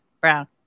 brown